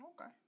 Okay